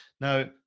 Now